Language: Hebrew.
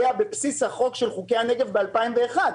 זה היה בבסיס חוקי הנגב בשנת 2001,